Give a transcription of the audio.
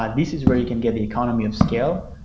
um this is where you can get the economy of scale,